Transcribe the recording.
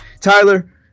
Tyler